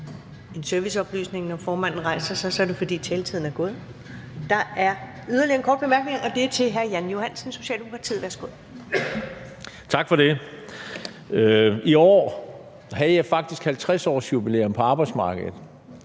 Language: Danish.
I år havde jeg faktisk 50-årsjubilæum på arbejdsmarkedet,